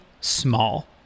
small